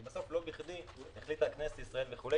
כי בסוף לא בכדי כנסת ישראל החליטה